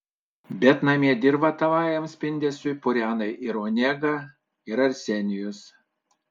bet namie dirvą tavajam spindesiui purena ir onega ir arsenijus